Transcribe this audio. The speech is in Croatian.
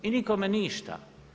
I nikome ništa.